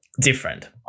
different